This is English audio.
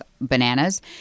bananas